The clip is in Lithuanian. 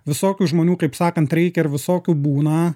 visokių žmonių kaip sakant reikia visokių būna